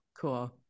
Cool